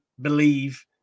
believe